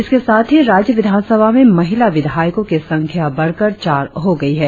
इसके साथ ही राज्य विधानसभा में महिला विधायकों की संख्या बढकर चार हो गई है